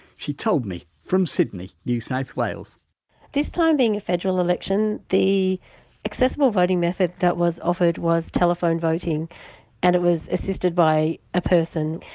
she told me from sidney, new south wales this time being a federal election the accessibility voting method that was offered was telephone voting and it was assisted by a person.